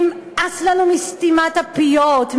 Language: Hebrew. נמאס לנו מסתימת הפיות,